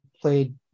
played